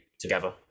together